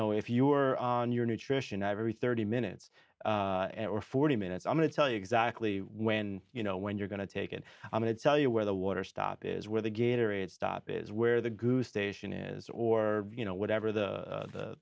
know if you're on your nutrition every thirty minutes or forty minutes i'm going to tell you exactly when you know when you're going to take it i'm going to tell you where the water stop is where the gator it stop is where the goose station is or you know whatever the